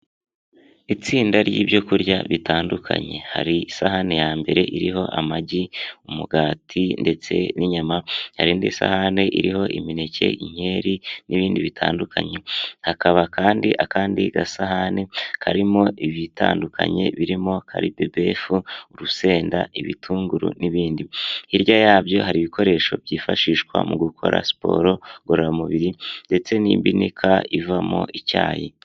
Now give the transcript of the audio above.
Itsinda ry'ibyokurya bitandukanye, hari isahani ya mbere iriho amagi, umugati ndetse n'inyama. Hari indi sahani iriho imineke, inkeri n'ibindi. Hakaba kandi akandi gasahani karimo ibitandukanye birimo calibebefu, urusenda, ibitunguru n'ibindi hirya yabyo hari ibikoresho byifashishwa mu gukora siporo ngororamubiri ndetse n'ibika ivamo icyayi.